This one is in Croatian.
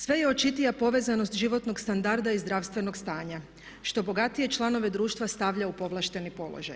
Sve je očitija povezanost životnog standarda i zdravstvenog stanja, što bogatije članove društva stavlja u povlašteni položaj.